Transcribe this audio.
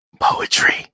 Poetry